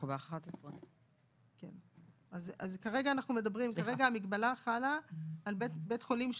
אנחנו בסעיף 11. כרגע המגבלה חלה על בית חולים,